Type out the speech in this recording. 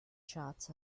charts